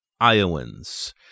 Iowans